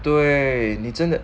对你真的